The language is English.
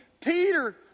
Peter